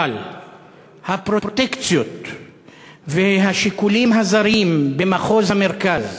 אבל הפרוטקציות והשיקולים הזרים במחוז המרכז,